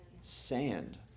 sand